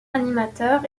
animateur